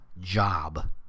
job